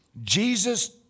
Jesus